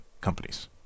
companies